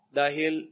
dahil